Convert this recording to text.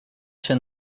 się